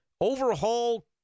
overhaul